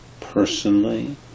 personally